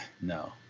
no